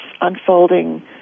unfolding